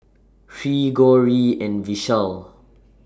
Hri Gauri and Vishal